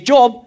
Job